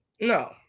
No